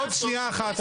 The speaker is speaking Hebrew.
עוד שנייה אחת.